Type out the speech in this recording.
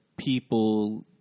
people